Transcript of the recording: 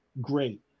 great